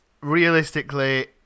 realistically